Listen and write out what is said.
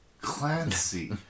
Clancy